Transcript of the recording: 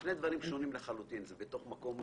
המוצרים נמכרים בחנויות